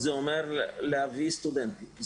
להביא סטודנטים,